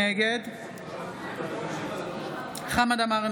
נגד חמד עמאר,